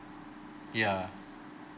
yeah